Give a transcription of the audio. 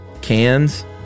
Cans